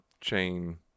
chain